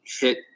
hit